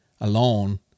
alone